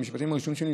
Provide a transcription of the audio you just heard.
במשפטים הראשונים שלי,